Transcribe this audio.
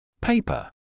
Paper